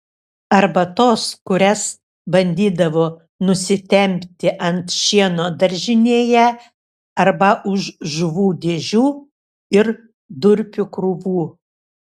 arba tos kurias bandydavo nusitempti ant šieno daržinėje arba už žuvų dėžių ir durpių krūvų